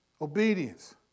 obedience